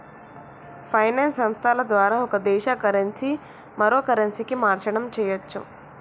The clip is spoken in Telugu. ఫైనాన్స్ సంస్థల ద్వారా ఒక దేశ కరెన్సీ మరో కరెన్సీకి మార్చడం చెయ్యచ్చు